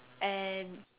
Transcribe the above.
and